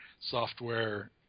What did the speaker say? software